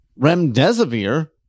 remdesivir